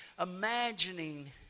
Imagining